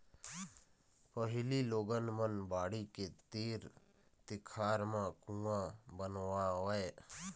पहिली लोगन मन बाड़ी के तीर तिखार म कुँआ बनवावय